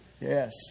Yes